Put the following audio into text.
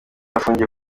afungiye